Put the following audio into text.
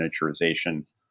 miniaturization